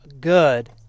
good